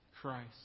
Christ